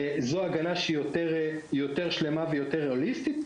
זו הגנה יותר שלמה ויותר הוליסטית.